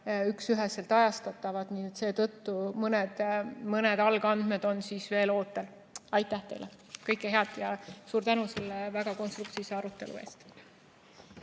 üksüheselt ajastatavad, nii et seetõttu mõned algandmed on veel ootel. Aitäh teile! Kõike head ja suur tänu selle väga konstruktiivse arutelu eest!